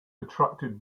attracted